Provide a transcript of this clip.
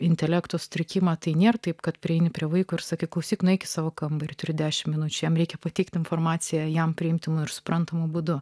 intelekto sutrikimą tai nebūna taip kad prieini prie vaiko ir sakė klausyk nueik į savo kambarį turi dešimt minučių jam reikia pateikti informaciją jam priimtinu ir suprantamu būdu